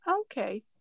Okay